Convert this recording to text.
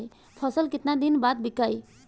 फसल केतना दिन बाद विकाई?